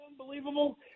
unbelievable